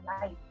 life